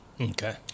Okay